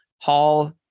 Hall